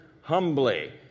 humbly